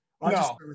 No